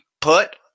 put